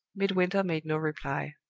midwinter made no reply.